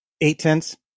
eight-tenths